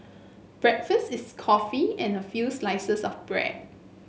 breakfast is coffee and a few slices of bread